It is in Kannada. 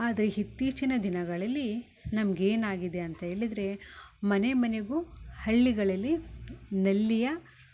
ಆದರೆ ಇತ್ತೀಚಿನ ದಿನಗಳಲ್ಲಿ ನಮ್ಗೆ ಏನಾಗಿದೆ ಅಂತೇಳಿದರೆ ಮನೆ ಮನೆಗು ಹಳ್ಳಿಗಳಲ್ಲಿ ನಲ್ಲಿಯ